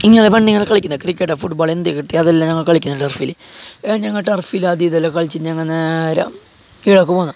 ഇങ്ങനെ പെണ്ണുങ്ങൾ കളിക്കുന്നത് ക്രിക്കറ്റ് ഫുട്ബോളാണ് അതെല്ലാം ഞങ്ങൾ കളിക്കുന്നത് ടർഫിൽ ഞങ്ങ ടർഫിൽ ആദ്യം ഇതെല്ലം കളിച്ച് ഞങ്ങൾ നേരെ കിഴക്ക് പോകുന്നു